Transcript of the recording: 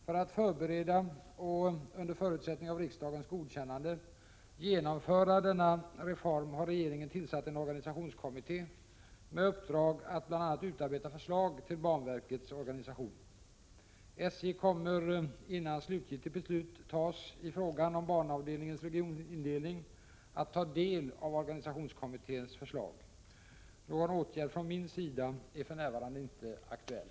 För att förbereda och, under förutsättning av riksdagens godkännande, genomföra denna reform har regeringen tillsatt en organisationskommitté med uppdrag att bl.a. utarbeta förslag till banverkets organisation. SJ kommer innan slutgiltigt beslut tas i frågan om banavdelningens regionindelning att ta del av organisationskommitténs förslag. Någon åtgärd från min sida är för närvarande inte aktuell.